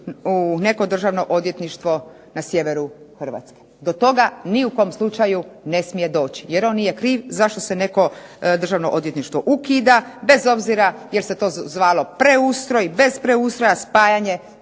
u neko Državno odvjetništvo na sjeveru Hrvatske. Do toga ni u kom slučaju ne smije doći, jer on nije kriv zašto se neko Državno odvjetništvo ukida bez obzira jel' se to zvalo preustroj, bez preustroja spajanje